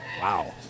Wow